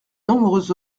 nombreuses